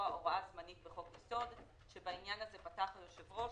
הוראה זמנית בחוק יסוד כשבעניין הזה פתח היושב-ראש.